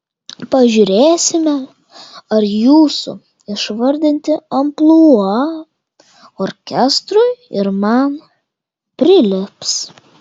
pažiūrėsime ar jūsų išvardinti amplua orkestrui ir man prilips